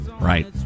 Right